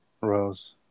Rose